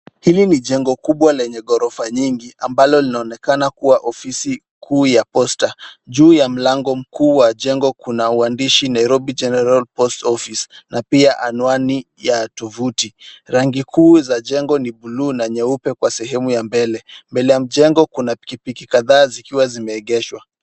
Hii ni jengo kubwa lenye ghorofa nyingi ambalo linaonekana kuwa ofisi kuu ya posta. Juu ya mlango mkuu wa jengo kuna uandishi Nairobi General Post Office na pia anwani ya tovuti. Rangi kuu za jengo ni buluu na nyeupe kwa sehemu ya mbele. Mbele ya mjengo kuna pikipiki kadhaa zikiwa zimeegeshwa.